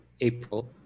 April